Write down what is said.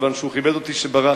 כיוון שהוא כיבד אותי כשברחתי